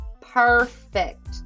Perfect